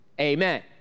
Amen